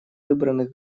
выбранных